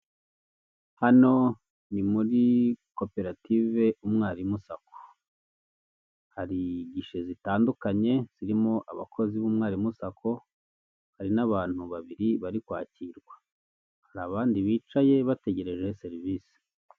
Hano ni muri koperative umwarimu sako, hari gishe zitandukanye zirimo abakozi b'umwarimu sako, hari n'abantu babiri bari kwakirwa hari abandi bicaye bategereje serivise.